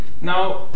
Now